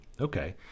Okay